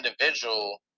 individual